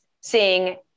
seeing